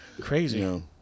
crazy